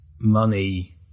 money